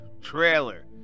trailer